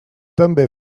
també